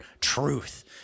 truth